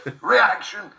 reaction